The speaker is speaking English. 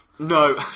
No